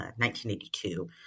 1982